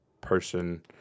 person